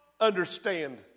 understand